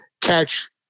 catch